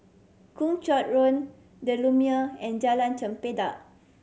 Kung Chong Road The Lumiere and Jalan Chempedak